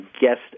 guest